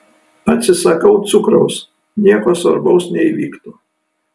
atsisakau cukraus nieko svarbaus neįvyktų